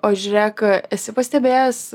o žiūrėk esi pastebėjęs